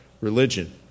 religion